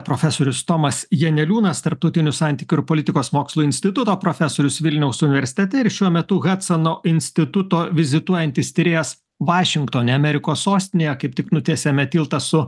profesorius tomas janeliūnas tarptautinių santykių ir politikos mokslų instituto profesorius vilniaus universitete ir šiuo metu hadsano instituto vizituojantis tyrėjas vašingtone amerikos sostinėje kaip tik nutiesėme tiltą su